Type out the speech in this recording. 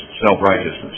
self-righteousness